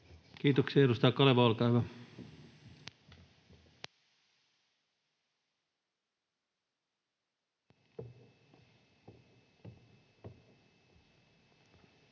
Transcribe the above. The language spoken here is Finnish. Kiitoksia. — Edustaja Kaleva, olkaa hyvä. [Speech